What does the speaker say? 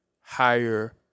higher